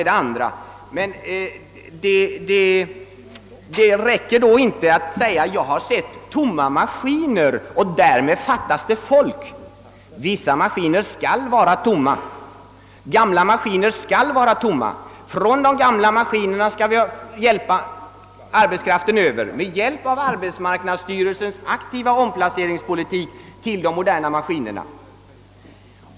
Det räcker inte att säga: »Jag har sett tomma maskiner, och därmed fattas folk.» Vissa gamla maskiner skall vara tomma. Från dessa skall vi överföra ar betskraften — med hjälp av arbetsmarknadsstyrelsens aktiva omplaceringspolitik — till de moderna maski nerna.